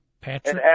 Patrick